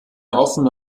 offene